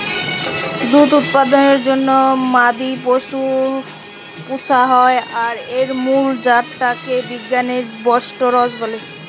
দুধ উৎপাদনের জন্যে মাদি পশু পুশা হয় আর এর মুল জাত টা কে বিজ্ঞানে বস্টরস বলে